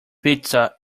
pizza